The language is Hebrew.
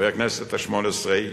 חברי הכנסת השמונה-עשרה,